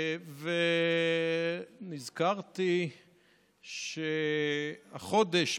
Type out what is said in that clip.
ונזכרתי שהחודש,